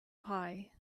pie